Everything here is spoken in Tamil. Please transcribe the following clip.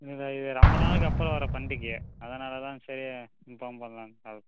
இல்லை இது ரொம்ப நாளுக்கு அப்புறம் வர பண்டிகை அதனால் தான் சரி இன்பார்ம் பண்லாம்னு கால் பண்ணே